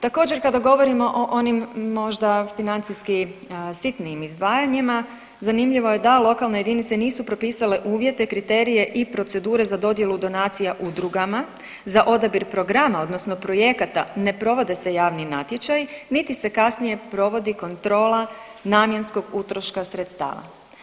Također, kada govorimo o onim možda financijski sitnijim izdvajanjima, zanimljivo je da lokalne jedinice nisu propisale uvjete, kriterije i procedure za dodjelu donacija udrugama za odabir programa odnosno projekata ne provode se javni natječaji niti se kasnije provodi kontrola namjenskog utroška sredstava.